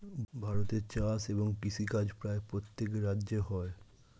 ভারতে চাষ এবং কৃষিকাজ প্রায় প্রত্যেক রাজ্যে হয়